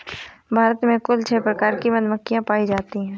भारत में कुल छः प्रकार की मधुमक्खियां पायी जातीं है